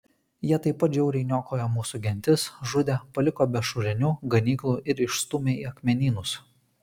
jie taip pat žiauriai niokojo mūsų gentis žudė paliko be šulinių ganyklų ir išstūmė į akmenynus